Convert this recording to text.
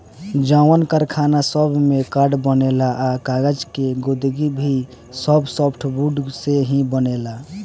जवन कारखाना सब में कार्ड बनेला आ कागज़ के गुदगी भी सब सॉफ्टवुड से ही बनेला